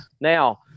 Now